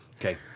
Okay